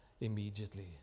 immediately